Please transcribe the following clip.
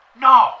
No